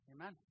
Amen